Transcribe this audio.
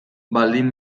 baldin